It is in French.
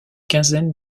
quinzaine